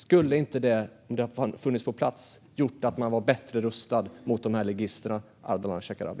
Skulle inte det, om det hade funnits på plats, ha gjort att man var bättre rustad mot dessa ligister, Ardalan Shekarabi?